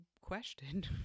question